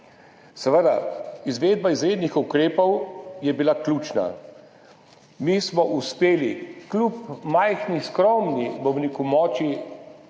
Seveda, izvedba izrednih ukrepov je bila ključna. Mi smo uspeli kljub takrat majhni, skromni, bom rekel, moči